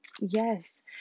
yes